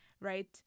right